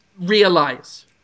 realize